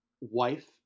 wife